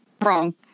Wrong